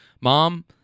mom